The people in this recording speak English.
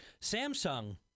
Samsung